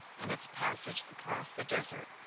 in its passage across the desert,